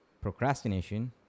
procrastination